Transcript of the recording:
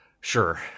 sure